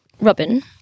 robin